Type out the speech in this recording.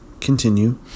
Continue